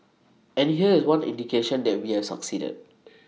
and here is one indication that we have succeeded